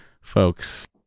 folks